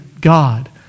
God